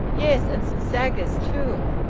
yes, and some saggers too.